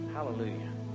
Hallelujah